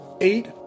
eight